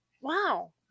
Wow